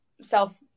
self